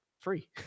free